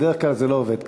בדרך כלל זה לא עובד כך.